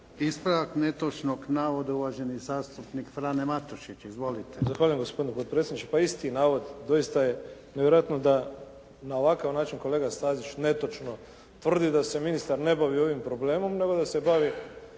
Ispravak netočnog navoda uvaženi zastupnik Frane Matušić. Izvolite. **Matušić, Frano (HDZ)** Zahvaljujem gospodine potpredsjedniče. Pa isti navod doista je nevjerojatno da na ovakav način kolega Stazić netočno tvrdi da se ministar ne bavi ovim problemom, nego da se bavi